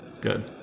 good